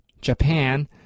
Japan